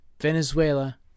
Venezuela